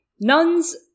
Nuns